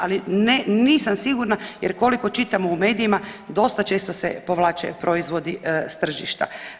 Ali nisam sigurna jer koliko čitam u medijima dosta često se povlače proizvodi s tržišta.